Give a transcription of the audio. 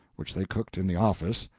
which they cooked in the office,